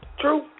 True